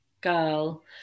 girl